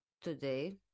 today